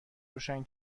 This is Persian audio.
روشن